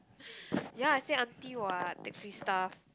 ya I said auntie what take free stuff